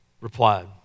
replied